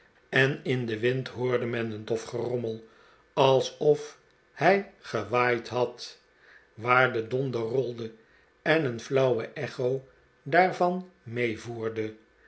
en in den wind hoorde men een dof gerommel alsof hij gewaaid had waar de donder rolde en een flauwe echo daarvan meevoerde